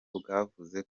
bwavuze